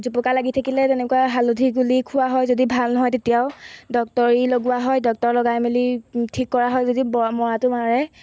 জুপুকা লাগি থাকিলে তেনেকুৱা হালধি গুলি খুওৱা হয় যদি ভাল নহয় তেতিয়াও ডক্তৰী লগোৱা হয় ডক্তৰ লগাই মেলি ঠিক কৰা হয় যদি বৰ মৰাটো মৰে